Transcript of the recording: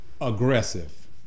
aggressive